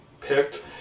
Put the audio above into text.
picked